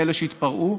כאלה שהתפרעו,